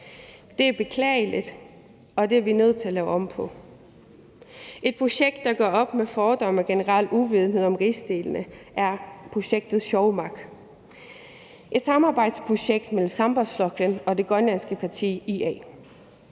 Det er beklageligt, og det er vi nødt til at lave om på. Et projekt, der gør op med fordomme og generel uvidenhed om rigsdelene, er projektet Sjómaq. Det er et samarbejdsprojekt mellem Sambandsflokkurin og det grønlandske parti IA.